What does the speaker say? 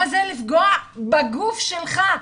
מה זה לפגוע בגוף שלך,